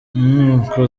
inkiko